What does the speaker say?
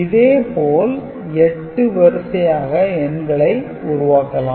இதே போல் 8 வரிசையாக எண்களை உருவாக்கலாம்